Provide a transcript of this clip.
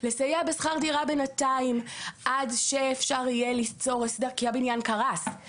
לסייע בשכר דירה בינתיים עד שאפשר יהיה ליצור הסדר כי הבניין קרס.